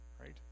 right